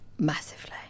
massively